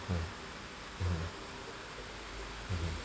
mm mmhmm mmhmm